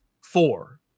Four